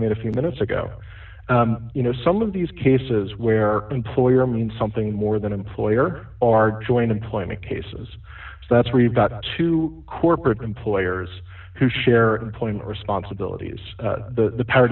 made a few minutes ago you know some of these cases where employer mean something more than employer are joined employment cases that's where you've got to corporate employers who share point responsibility has the power